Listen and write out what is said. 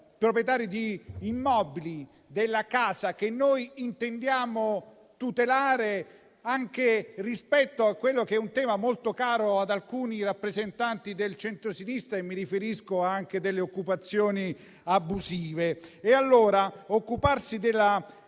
proprietari di immobili che noi intendiamo tutelare anche rispetto a quello che è un tema molto caro ad alcuni rappresentanti del centrosinistra. Mi riferisco alle occupazioni abusive. E allora occuparsi della